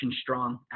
strong